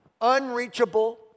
unreachable